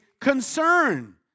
concern